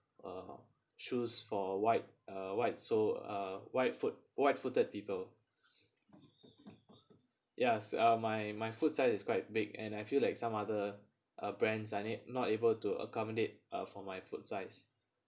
uh shoes for wide uh wide so uh wide foot wide footed people ya uh my my foot size is quite big and I feel like some other uh brands I need not able to accommodate uh for my foot size